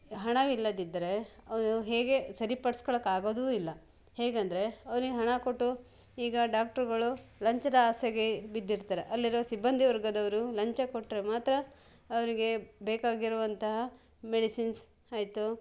ಹಣವಿಲ್ಲದಿದ್ದರೆ ಅವನು ಹೇಗೇ ಸರಿಪಡಿಸ್ಕೊಳೊಕ್ ಆಗೋದು ಇಲ್ಲ ಹೇಗಂದರೆ ಅವ್ನಿಗೆ ಹಣ ಕೊಟ್ಟು ಈಗ ಡಾಕ್ಟ್ರ್ಗಳು ಲಂಚದ ಆಸೆಗೇ ಬಿದ್ದಿರ್ತಾರೆ ಅಲ್ಲಿರೋ ಸಿಬ್ಬಂದಿವರ್ಗದವರು ಲಂಚ ಕೊಟ್ಟರೆ ಮಾತ್ರ ಅವರಿಗೇ ಬೇಕಾಗಿರುವಂತಹ ಮೆಡಿಸಿನ್ಸ್ ಆಯ್ತು